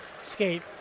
skate